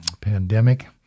pandemic